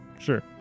Sure